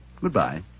Goodbye